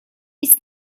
ist